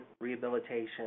rehabilitation